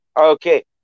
okay